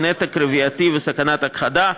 נתק רבייתי וסכנת הכחדה,